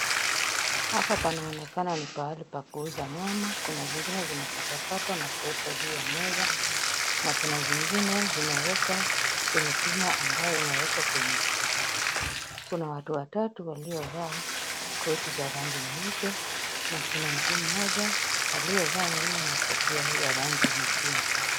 Hapa panaonekana ni pahali pa kuuza nyama. Kuna zingine zimekatwakatwa na kuwekwa juu ya meza na kuna zingine zimewekwa kwenye chuma ambayo imewekwa kwenye ukuta. Kuna watu watatu waliovaa koti za rangi nyeupe na kuna mtu mmoja aliyevaa nguo na kofia ya rangi nyekundu.